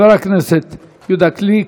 חבר הכנסת יהודה גליק,